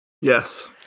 Yes